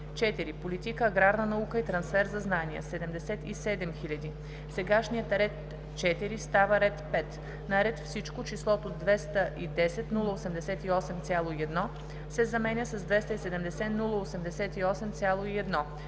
„4. Политика „ Аграрна наука и трансфер на знания“ 77 000,0“; - сегашният ред 4 става ред 5; - на ред Всичко числото „210 088,1“ се заменя с „270 088,1“.